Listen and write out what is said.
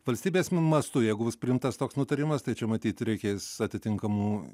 valstybės mastu jeigu bus priimtas toks nutarimas tai čia matyt reikės atitinkamų